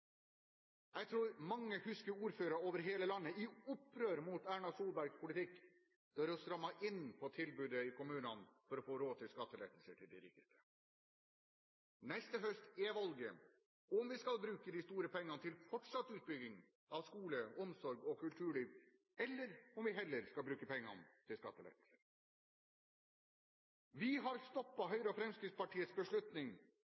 Jeg tror mange husker ordførere over hele landet i opprør mot Erna Solbergs politikk, der hun strammet inn på tilbudet i kommunene for å få råd til skattelettelser til de rikeste. Neste høst er valget om vi skal bruke de store pengene til fortsatt utbygging av skole, omsorg og kulturliv, eller om vi heller skal bruke pengene til skattelettelser. Vi har